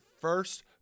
first